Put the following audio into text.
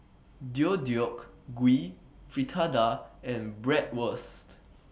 Deodeok Gui Fritada and Bratwurst